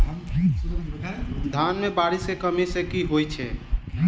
धान मे बारिश केँ कमी सँ की होइ छै?